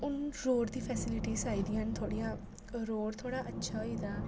हून रोड़ दी फैसीलिट्स आई दियां न थोह्ड़ियां रोड़ थोह्ड़ा अच्छा होई गेदा